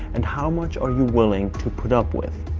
and how much are you willing to put up with.